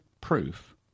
proof